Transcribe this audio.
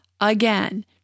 again